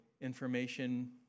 information